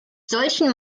solchen